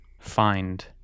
find